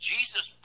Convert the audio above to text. Jesus